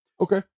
Okay